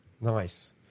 Nice